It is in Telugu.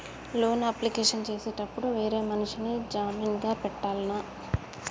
లోన్ అప్లికేషన్ చేసేటప్పుడు వేరే మనిషిని జామీన్ గా పెట్టాల్నా?